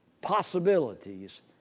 possibilities